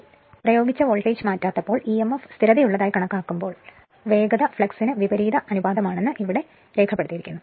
അതിനാൽ പ്രയോഗിച്ച വോൾട്ടേജ് മാറ്റാത്തപ്പോൾ EMF സ്ഥിരതയുള്ളതായി കണക്കാക്കുമ്പോൾ വേഗത ഫ്ലക്സിന് വിപരീത അനുപാതമാണെന്ന് ഇവിടെ എഴുതിയിരിക്കുന്നു